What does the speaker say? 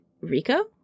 Rico